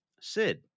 Sid